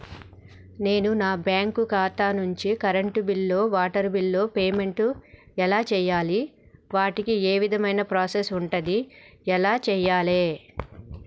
నేను నా బ్యాంకు ఖాతా నుంచి కరెంట్ బిల్లో వాటర్ బిల్లో పేమెంట్ ఎలా చేయాలి? వాటికి ఏ విధమైన ప్రాసెస్ ఉంటది? ఎలా చేయాలే?